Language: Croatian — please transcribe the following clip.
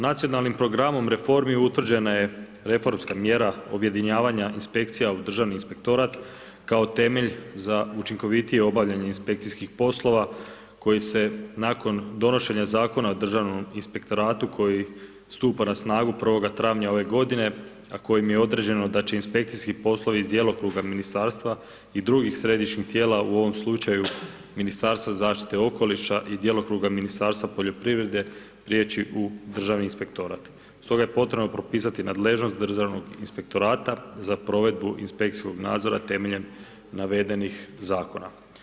Nacionalnim programom reformi utvrđena je reformska mjera objedinjavanja inspekcija u Državni inspektorat kao temelj za učinkovitije obavljanje inspekcijskih poslova koji se nakon donošenja Zakona o Državnom inspektoratu koji stupa na snagu 1. travnja ove godine a kojim je određeno da će inspekcijski poslovi iz djelokruga ministarstva i drugih središnjih tijela, u ovom slučaju Ministarstva zaštite okoliša i djelokruga Ministarstva poljoprivrede prijeći u Državni inspektorat stoga je potrebno propisati nadležnost Državnog inspektorata za provedbu inspekcijskog nadzora temeljem navedenih zakona.